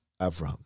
Avram